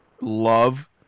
love